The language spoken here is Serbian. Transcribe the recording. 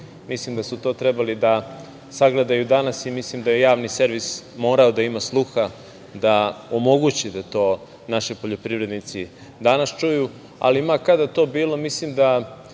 mislim da su to trebali da sagledaju danas i mislim da je Javni servis morao da ima sluha da omogući da to naši poljoprivrednici danas čuju, ali ma kada to bilo, mislim da